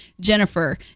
Jennifer